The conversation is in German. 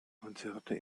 konzerte